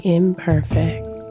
imperfect